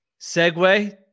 segue